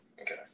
Okay